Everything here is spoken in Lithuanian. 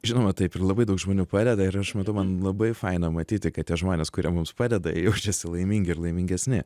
žinoma taip ir labai daug žmonių padeda ir aš matau man labai faina matyti kad tie žmonės kurie mums padeda jie jaučiasi laimingi ir laimingesni